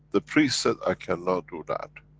the priest said, i cannot do that,